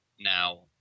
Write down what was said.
now